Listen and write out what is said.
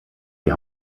die